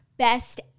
Best